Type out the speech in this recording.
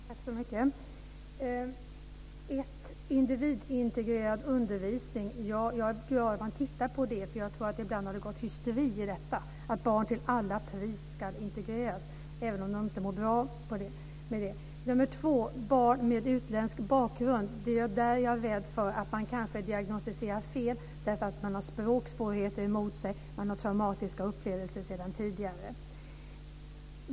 Fru talman! För det första gäller det individintegrerad undervisning. Jag är glad över att man tittar på det för jag tror att det ibland har gått hysteri i detta, att barn till varje pris ska integreras även om de inte mår bra av det. För det andra gäller det barn med utländsk bakgrund. Jag är rädd för att man kanske diagnostiserar fel därför att de här barnen har språksvårigheter emot sig. De har traumatiska upplevelser sedan tidigare.